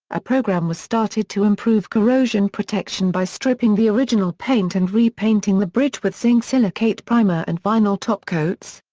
a program was started to improve corrosion protection by stripping the original paint and repainting the bridge with zinc silicate primer and vinyl topcoats.